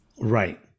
Right